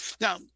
Now